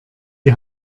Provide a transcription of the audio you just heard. die